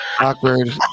Awkward